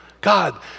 God